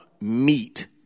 meet